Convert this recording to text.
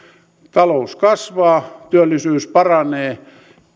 talous kasvaa työllisyys paranee